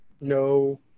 No